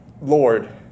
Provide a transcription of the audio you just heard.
Lord